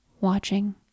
watching